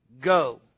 Go